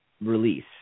release